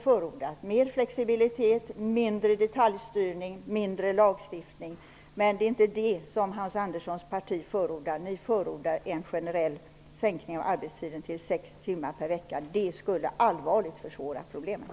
Vi vill ha mer flexibilitet, mindre detaljstyrning och mindre lagstiftning. Men det är inte detta som Hans Anderssons parti förordar. Ni förordar en generell sänkning av arbetstiden till sex timmar per dag. Det skulle allvarligt försvåra problemen.